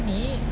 knit